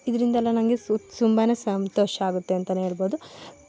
ಇದರಿಂದೆಲ್ಲ ನನಗೆ ತುಂಬನೇ ಸಂತೋಷ ಆಗುತ್ತೆ ಅಂತಲೇ ಹೇಳ್ಬೋದು